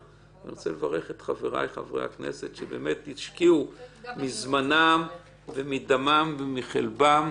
אני רוצה לברך את חבריי חברי הכנסת שבאמת השקיעו מזמנם ומדמם ומחלבם,